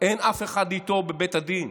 אין אף אחד איתו בבית הדין,